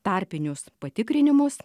tarpinius patikrinimus